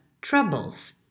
troubles